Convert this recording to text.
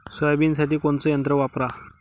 सोयाबीनसाठी कोनचं यंत्र वापरा?